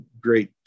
great